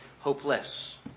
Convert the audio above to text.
hopeless